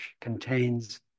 contains